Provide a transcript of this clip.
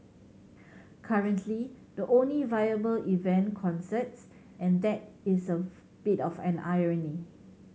currently the only viable event concerts and that is a bit of an irony